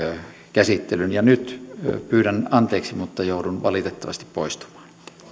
käsittelyn ja nyt pyydän anteeksi että joudun valitettavasti poistumaan